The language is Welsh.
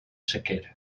sicr